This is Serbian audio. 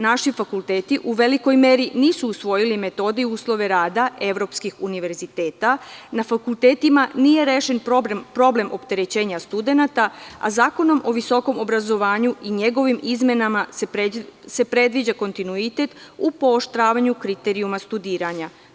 Naši fakulteti u velikoj meri nisu usvojili metode i uslove rada evropskih univerziteta, na fakultetima nije rešen problem opterećenja studenata, a Zakonom o visokom obrazovanju i njegovim izmenama se predviđa kontinuitet u pooštravanju kriterijuma studiranja.